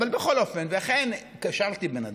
אבל בכל אופן, ולכן קשרתי בין הדברים.